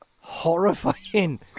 horrifying